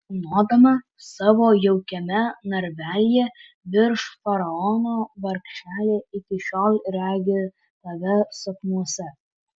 tūnodama savo jaukiame narvelyje virš faraono vargšelė iki šiol regi tave sapnuose